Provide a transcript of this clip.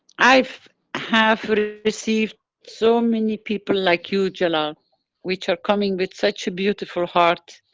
i have received so many people like you jalal which are coming with such a beautiful heart.